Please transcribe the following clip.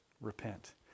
repent